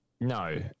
No